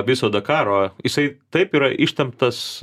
viso dakaro jisai taip yra ištemptas